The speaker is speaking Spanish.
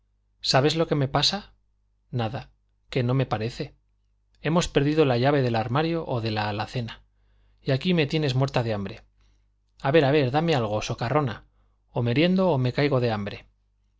sabes lo que me pasa nada que no parece hemos perdido la llave del armario o de la alacena y aquí me tienes muerta de hambre a ver a ver dame algo socarrona o meriendo o me caigo de hambre